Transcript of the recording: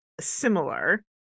similar